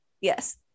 Yes